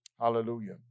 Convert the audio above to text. Hallelujah